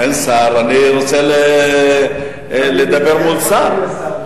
אין שר ואני רוצה לדבר מול שר,